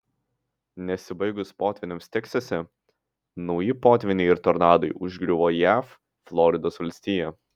nesibaigus potvyniams teksase nauji potvyniai ir tornadai užgriuvo jav floridos valstiją